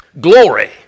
Glory